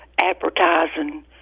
advertising